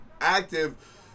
active